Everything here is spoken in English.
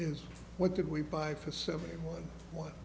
is what did we buy for seventy one